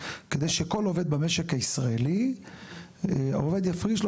כדי שכל עובד במשק הישראלי עובד יפריש לו